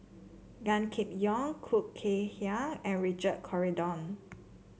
Gan Kim Yong Khoo Kay Hian and Richard Corridon